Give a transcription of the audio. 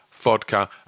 vodka